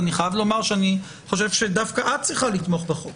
אני חושב שדווקא את צריכה לתמוך בחוק.